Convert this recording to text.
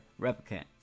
replicant